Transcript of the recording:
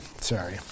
sorry